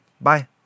Bye